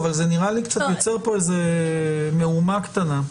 אבל זה נראה לי שזה יוצר פה איזו מהומה קטנה.